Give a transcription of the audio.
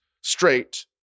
straight